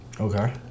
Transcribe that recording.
Okay